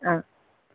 ஆ